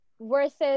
Versus